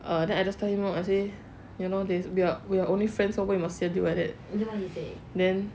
err then I just tell him lor I just say you know we're we're only friends lor why you must say until like that then then